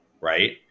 right